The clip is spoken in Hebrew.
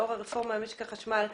לאור הרפורמה במשק החשמל,